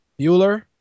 Bueller